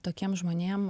tokiem žmonėm